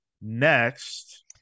next